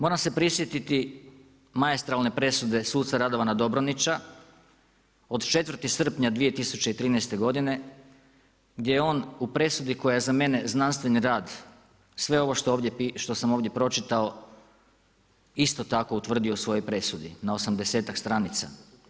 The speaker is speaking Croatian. Moram se prisjetiti maestrale presude suca Radovana Dobronića od 4. srpnja 2013. godine gdje je on u presudi koja je za mene znanstveni rad, sve ovo što sam ovdje pročitao isto tako utvrdio u svojoj presudi na 80-ak stranica.